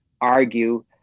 argue